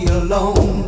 alone